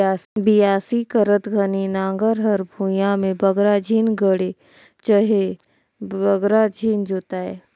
बियासी करत घनी नांगर हर भुईया मे बगरा झिन गड़े चहे बगरा झिन जोताए